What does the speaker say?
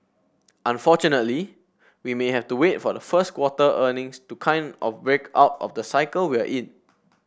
unfortunately we may have to wait for the first quarter earnings to kind of break out of the cycle we're in